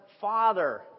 father